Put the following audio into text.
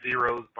zeros